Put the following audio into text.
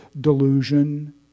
delusion